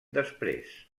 després